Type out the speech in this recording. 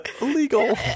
Illegal